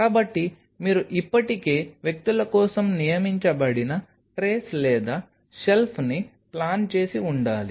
కాబట్టి మీరు ఇప్పటికే వ్యక్తుల కోసం నియమించబడిన ట్రేస్ లేదా షెల్ఫ్ని ప్లాన్ చేసి ఉండాలి